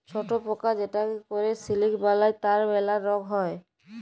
ছট পকা যেটতে ক্যরে সিলিক বালাই তার ম্যালা রগ হ্যয়